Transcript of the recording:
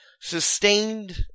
sustained